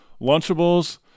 Lunchables